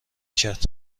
کرد